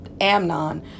Amnon